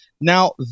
now